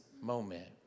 moment